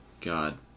God